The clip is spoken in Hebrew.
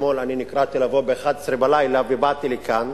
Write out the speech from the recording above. אתמול נקראתי לבוא ב-23:00 ובאתי לכאן,